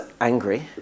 angry